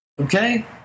Okay